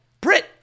Brit